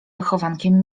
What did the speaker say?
wychowankiem